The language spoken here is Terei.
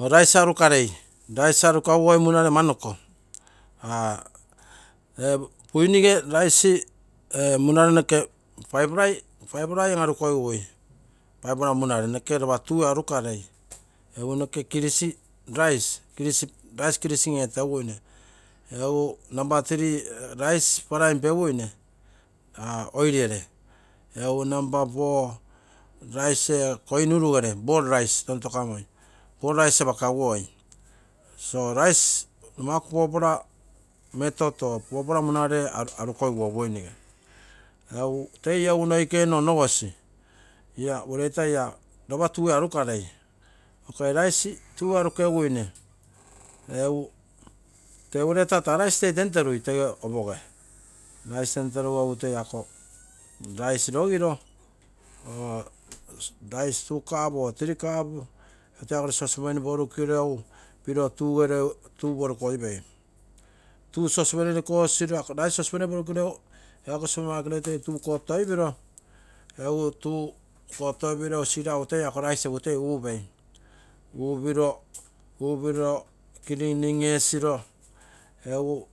Rice arukarei, rice arukaguoi munare ama noko ee buinige rice ee munare noke five die an-arukogigui noke lopa tue arukarei, egu noko kirisi rice, rice kilising etaguene, egu namba three prine peguine aa oil riere, egu namba four ee rice koinuru ere, boil rice tontokamoi, poll rice apakaguoi so rice nomaku poupa metals or fourplay munare arukogiguo buinuge, toi egu noikeino onogosi, ia ureita, ia lopa tue arukarei, mokai rice tue arukeguine egu tee ureita tee rice toi temterui ege opoge, rice temterugu egu toi ako rice rigiro oo rice two cups or three cups egu toi ako gene sosopeni porukiruegu piro tugere ako tuu kotoipiro, egu kotoipiro sisiraugu ako rice toi upei, upiro, upiro, kilining esiro egu